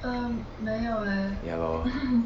ya lor